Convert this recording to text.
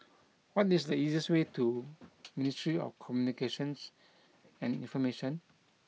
what is the easiest way to Ministry of Communications and Information